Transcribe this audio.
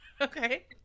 Okay